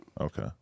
Okay